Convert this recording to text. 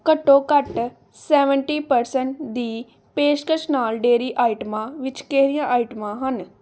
ਘੱਟੋ ਘੱਟ seventy percent ਦੀ ਪੇਸ਼ਕਸ਼ ਨਾਲ ਡੇਅਰੀ ਆਈਟਮਾਂ ਵਿੱਚ ਕਿਹੜੀਆਂ ਆਈਟਮਾਂ ਹਨ